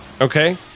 Okay